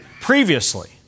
previously